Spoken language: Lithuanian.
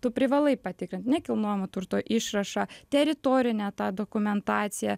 tu privalai patikrint nekilnojamo turto išrašą teritorinę tą dokumentaciją